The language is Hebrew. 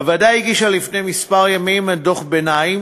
הוועדה הגישה לפני כמה ימים דוח ביניים,